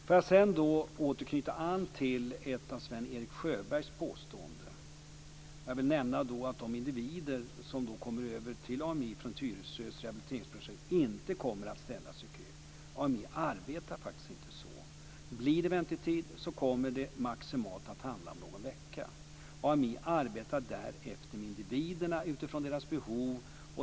För att återknyta till ett av Sven-Erik Sjöbergs påståenden vill jag nämna att de individer som kommer över till AMI från Tyresö rehabiliteringsprojekt inte kommer att ställas i kö. AMI arbetar faktiskt inte så. Om det blir väntetid kommer det att handla om maximalt någon vecka. AMI arbetar därefter med individen utifrån dennes behov.